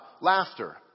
laughter